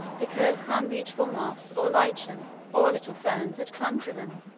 because some beautiful moss, or lichen, or little ferns had clung to them,